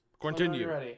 Continue